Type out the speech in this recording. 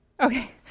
Okay